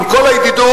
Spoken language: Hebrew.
עם כל הידידות,